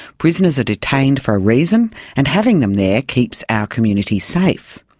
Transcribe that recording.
prisoners are detained for a reason and having them there keeps our community safe.